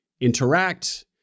interact